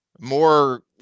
More